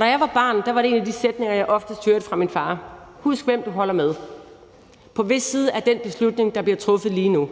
Da jeg var barn, var det en af de sætninger, jeg oftest hørte fra min far: Husk, hvem du holder med. På hvis side er du i den beslutning, der bliver truffet lige nu?